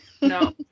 No